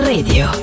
Radio